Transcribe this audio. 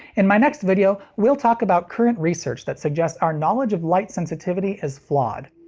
in my next video, we'll talk about current research that suggests our knowledge of light sensitivity is flawed.